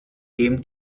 dem